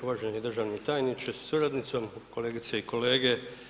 Uvaženi državni tajniče sa suradnicom, kolegice i kolege.